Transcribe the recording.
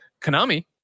Konami